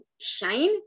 shine